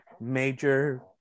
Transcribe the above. major